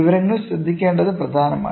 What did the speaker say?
വിവരങ്ങൾ ശ്രദ്ധിക്കേണ്ടത് പ്രധാനമാണ്